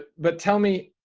but, but tell me,